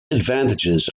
advantages